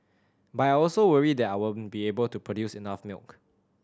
but I also worry that I won't be able to produce enough milk